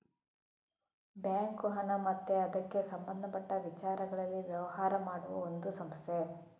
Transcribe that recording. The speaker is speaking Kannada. ಬ್ಯಾಂಕು ಹಣ ಮತ್ತೆ ಅದಕ್ಕೆ ಸಂಬಂಧಪಟ್ಟ ವಿಚಾರಗಳಲ್ಲಿ ವ್ಯವಹಾರ ಮಾಡುವ ಒಂದು ಸಂಸ್ಥೆ